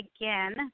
again